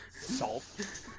Salt